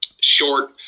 short